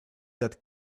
that